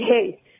hey